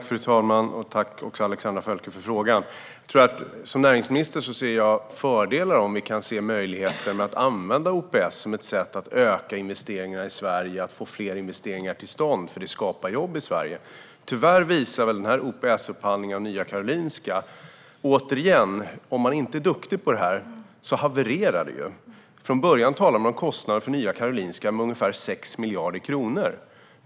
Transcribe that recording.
Fru talman! Tack, Alexandra Völker, för frågan! Som näringsminister kan jag se fördelar av om det finns möjligheter att använda OPS som ett sätt att öka investeringar i Sverige och få fler investeringar till stånd. Det skapar jobb i Sverige. Tyvärr visar OPS-upphandlingen av Nya Karolinska återigen att om man inte är duktig på sådant havererar det. Från början talade man om kostnader för Nya Karolinska på ungefär 6 miljarder kronor.